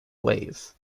wave